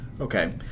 Okay